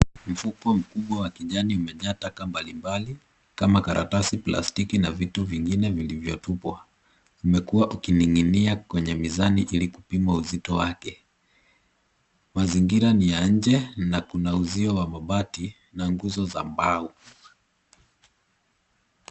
Mfuko mkubwa wa kijani umejaa taka mbalimbali kama karatasi, plastiki na vitu vingine vilivyotupwa. Umekuwa ukining'inia kwenye mizani ili kupima uzito wake. Mazingira ni ya nje na kuna uzio wa nje na nguzo za mbao.